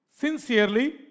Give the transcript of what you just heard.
Sincerely